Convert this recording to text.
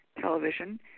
television